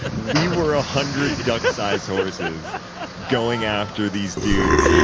but we were a hundred duck-sized horses. and and going after these dudes